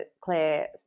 Claire